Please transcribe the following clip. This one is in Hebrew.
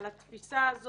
על התפיסה הזאת.